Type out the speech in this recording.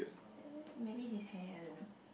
there maybe his hair I don't know